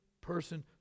person